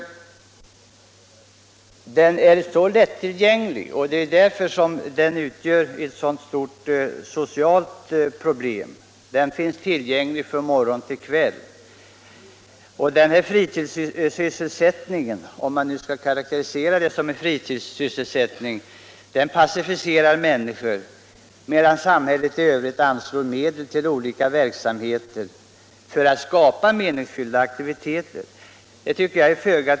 Den är också så lättillgänglig att den därför utgör ett stort socialt problem: den finns tillgänglig från morgon till kväll. Denna fritidssysselsättning —- om man nu kan ka rakterisera detta spelande så — passiviserar människor, vilket jag tycker är föga tilltalande, medan samhället i övrigt anslår medel till olika slag av verksamhet för att skapa meningsfyllda aktiviteter.